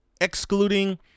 excluding